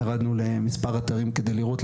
ירדנו למספר אתרים כדי לראות,